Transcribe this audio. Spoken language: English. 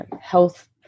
health